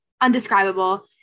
Undescribable